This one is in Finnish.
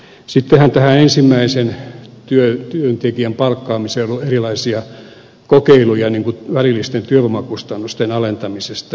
sittenhän tähän ensimmäisen työntekijän palkkaamiseen on erilaisia kokeiluja niin kuin välillisten työvoimakustannusten alentamisesta